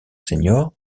senior